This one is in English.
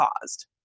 caused